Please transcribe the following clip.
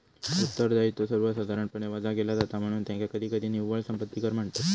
उत्तरदायित्व सर्वसाधारणपणे वजा केला जाता, म्हणून त्याका कधीकधी निव्वळ संपत्ती कर म्हणतत